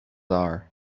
are